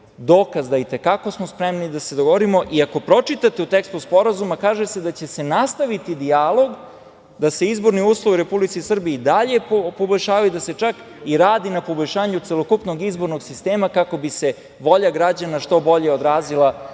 dokaz da smo i te kako spremni da se dogovorimo. Ako pročitate u tekstu sporazuma, kaže se da će se nastaviti dijalog da se izborni uslovi u Republici Srbiji i dalje poboljšavaju, da se čak i radi na poboljšanju celokupnog izbornog sistema, kako bi se volja građana što bolje odrazila